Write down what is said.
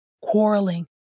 quarreling